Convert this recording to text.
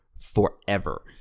forever